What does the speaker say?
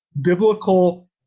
biblical